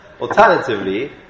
Alternatively